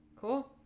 cool